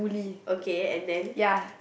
okay and then